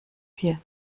vier